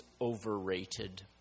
overrated